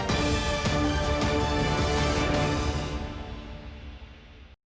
Дякую.